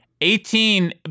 Eighteen